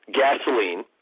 gasoline